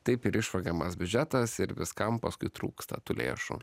taip ir išvogiamas biudžetas ir viskam paskui trūksta tų lėšų